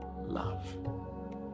love